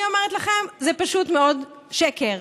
אני אומרת לכם, זה פשוט מאוד שקר.